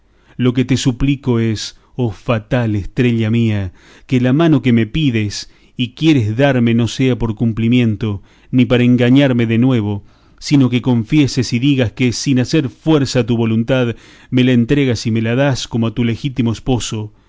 lo que te suplico es oh fatal estrella mía que la mano que me pides y quieres darme no sea por cumplimiento ni para engañarme de nuevo sino que confieses y digas que sin hacer fuerza a tu voluntad me la entregas y me la das como a tu legítimo esposo